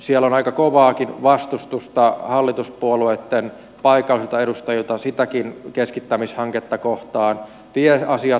siellä on aika kovaakin vastustusta hallituspuolueitten paikallisilta edustajilta sitäkin keskittämishanketta kohtaan tieasiat huolettavat